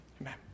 Amen